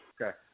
Okay